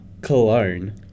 cologne